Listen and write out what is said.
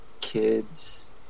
Kids